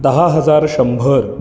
दहा हजार शंभर